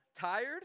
tired